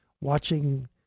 watching